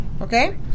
okay